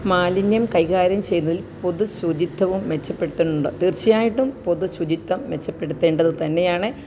മാലിന്യം കൈകാര്യം ചെയ്യുന്നതിൽ പൊതുശുചിത്വവും മെച്ചപ്പെടുത്തേണ്ടതുണ്ടോ തീർച്ചയായിട്ടും പൊതുശുചിത്വം മെച്ചപ്പെടുത്തേണ്ടത് തന്നെയാണ്